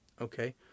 Okay